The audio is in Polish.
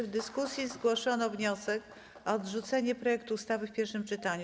W dyskusji zgłoszono wniosek o odrzucenie projektu ustawy w pierwszym czytaniu.